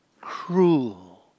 cruel